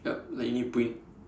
yup like you need to put in